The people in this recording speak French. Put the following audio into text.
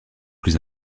plus